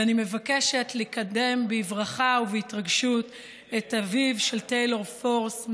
ואני מבקשת לקדם בברכה ובהתרגשות את אביו של טיילור פורס,